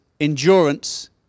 endurance